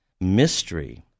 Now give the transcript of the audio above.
mystery